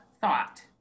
thought